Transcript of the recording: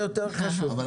זה יותר חשוב, חיי אדם.